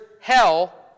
hell